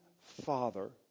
Father